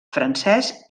francès